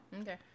Okay